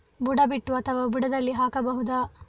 ಬುಡ ಬಿಟ್ಟು ಅಥವಾ ಬುಡದಲ್ಲಿ ಹಾಕಬಹುದಾ?